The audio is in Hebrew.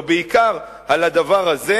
או בעיקר על הדבר הזה,